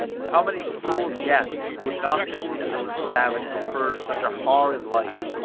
how many cruel deaths would not this indolent savage prefer to such a horrid life,